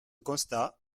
constat